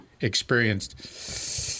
experienced